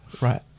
Right